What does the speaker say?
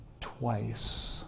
twice